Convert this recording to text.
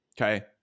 okay